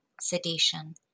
sedation